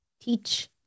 teach